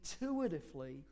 intuitively